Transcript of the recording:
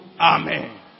Amen